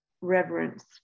reverence